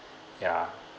ya